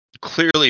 clearly